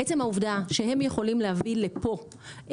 עצם העובדה שהם יכולים להביא לפה,